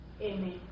Amen